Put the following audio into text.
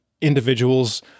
individuals